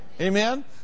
Amen